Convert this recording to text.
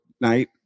night